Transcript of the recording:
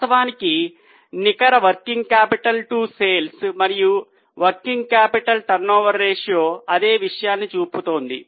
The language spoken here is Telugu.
వాస్తవానికి నికర వర్కింగ్ క్యాపిటల్ టు సేల్స్ మరియు వర్కింగ్ క్యాపిటల్ టర్నోవర్ రేషియో అదే విషయాన్ని చూపుతోంది